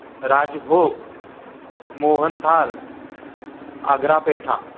राजभोग Mohanthal Agra Petha